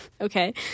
okay